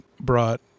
brought